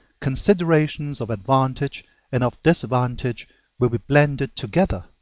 considerations of advantage and of disadvantage will be blended together.